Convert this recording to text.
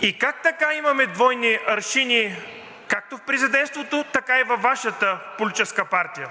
И как така имаме двойни аршини както в президентството, така и във Вашата политическа партия?